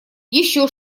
еще